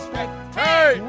Hey